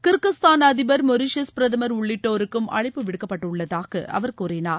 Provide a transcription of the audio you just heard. Kyrgyzstan அதிபர் Mauritius பிரதமர் உள்ளிட்டோருக்கும் அழைப்பு விடுக்கப்பட்டுள்ளதாக அவர் கூறினார்